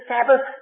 Sabbath